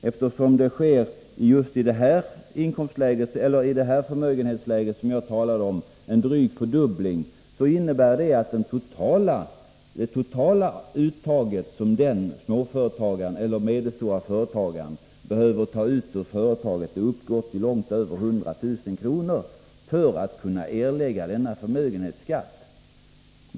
Eftersom det i det förmögenhetsläge som jag talar om sker en dryg fördubbling, är det totala uttaget som småföretagaren — eller den medelstora företagaren — behöver göra ur företaget, för att han skall kunna erlägga förmögenhetsskatt, långt över 100 000 kr.